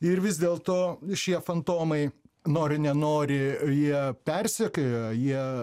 ir vis dėlto šie fantomai nori nenori jie persekioja jie